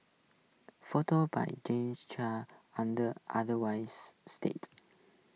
photos by Jamie chan unless otherwise stated